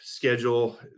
schedule